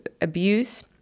abuse